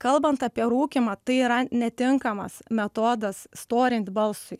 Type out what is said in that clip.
kalbant apie rūkymą tai yra netinkamas metodas storint balsui